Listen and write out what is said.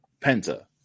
Penta